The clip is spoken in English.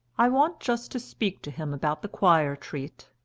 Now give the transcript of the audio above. i want just to speak to him about the choir treat.